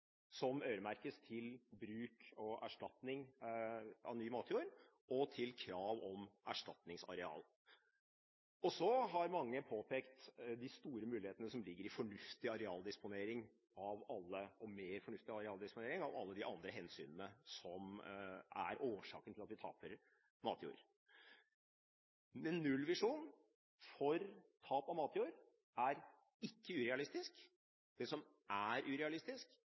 som øremerkes til ny matjord og krav om erstatningsareal. Så har mange påpekt de store mulighetene som ligger i mer fornuftig arealdisponering av alle de andre hensynene som er årsaken til at vi taper matjord. En nullvisjon for tap av matjord er ikke urealistisk. Det som er urealistisk,